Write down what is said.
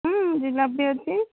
ଜିଲାପି ଅଛି